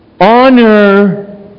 Honor